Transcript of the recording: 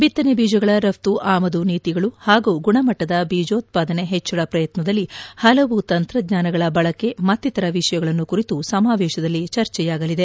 ಬಿತ್ತನೆ ಬೀಜಗಳ ರಫ್ನ ಆಮದು ನೀತಿಗಳು ಹಾಗೂ ಗುಣಮಟ್ಟದ ಬೀಜೋತ್ವಾದನೆ ಹೆಚ್ಚಳ ಪ್ರಯತ್ನದಲ್ಲಿ ಹಲವು ತಂತ್ರಜ್ಞಾನಗಳ ಬಳಕೆ ಮತ್ತಿತರ ವಿಷಯಗಳನ್ನು ಕುರಿತು ಸಮಾವೇಶದಲ್ಲಿ ಚರ್ಚೆಯಾಗಲಿದೆ